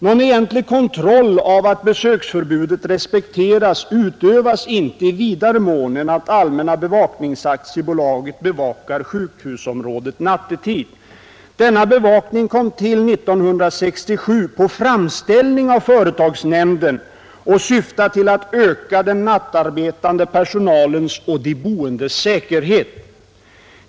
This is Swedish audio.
Någon egentlig kontroll av att besöksförbudet respekteras utövas inte i vidare mån än att Allmänna bevaknings AB övervakar området nattetid. Denna bevakning kom till 1967 på framställning av företagsnämnden och syftar till att öka den nattarbetande personalens och de boendes säkerhet.